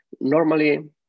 normally